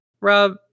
Rob